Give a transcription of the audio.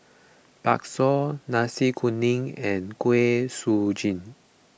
Bakso Nasi Kuning and Kuih Suji